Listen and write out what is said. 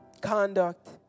conduct